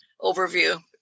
overview